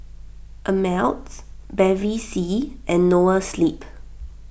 Ameltz Bevy C and Noa Sleep